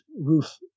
roof